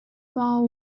vow